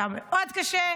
זה היה מאוד קשה.